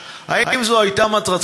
כי הוא בחר ללכת לבד,